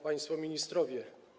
Państwo Ministrowie!